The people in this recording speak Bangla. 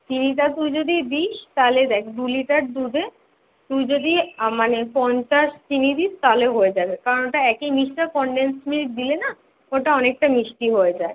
চিনিটা তুই যদি দিস তাহলে দেখ দু লিটার দুধে তুই যদি মানে পঞ্চাশ চিনি দিস তাহলে হয়ে যাবে কারণ ওটা একেই মিষ্টি তো কনডেন্স মিল্ক দিলে না ওটা অনেকটা মিষ্টি হয়ে যায়